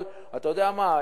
אבל אתה יודע מה?